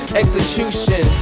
execution